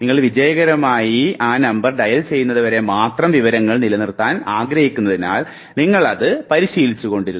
നിങ്ങൾ വിജയകരമായി ഡയൽ ചെയ്യുന്നതുവരെ മാത്രം വിവരങ്ങൾ നിലനിർത്താൻ ആഗ്രഹിക്കുന്നതിനാൽ നിങ്ങൾ അത് പരിശീലിച്ചുകോണ്ടിരുന്നു